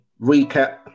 recap